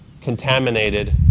contaminated